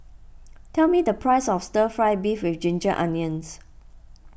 tell me the price of Stir Fry Beef with Ginger Onions